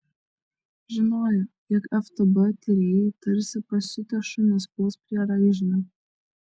žinojo jog ftb tyrėjai tarsi pasiutę šunys puls prie raižinio